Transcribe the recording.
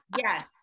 Yes